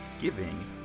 giving